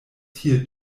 tie